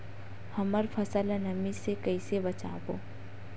हमर फसल ल नमी से क ई से बचाबो?